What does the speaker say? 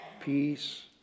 peace